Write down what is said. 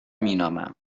مینامم